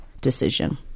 decision